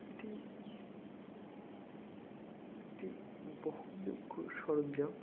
এটি একটি বহনযোগ্য সরঞ্জাম